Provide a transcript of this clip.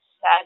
sad